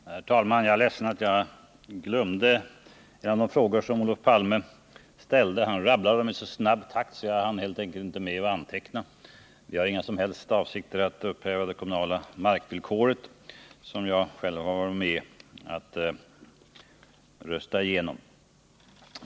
Herr talman! Jag är ledsen över att jag glömde några av de frågor som Olof Palme ställde. Han rabblade dem i så snabb takt att jag helt enkelt inte hann med att anteckna. Vi har inga som helst avsikter att upphäva det kommunala markvillkoret, som jag själv har varit med om att rösta igenom.